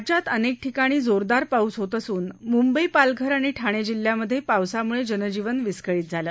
राज्यात अनेक ठिकाणी जोरदार पाऊस होत असून मुंबई पालघर आणि ठाणे जिल्ह्यांमधे पावसामुळे जनजीवन विस्कळीत झाल